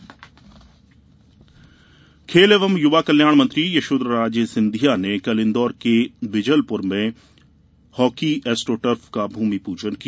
hockey astroturf खेल एवं युवा कल्याण मंत्री यशोधरा राजे सिंधिया ने कल इंदौर के बिजलपुर में हॉकी एस्ट्रोटर्फ का भूमि पूजन किया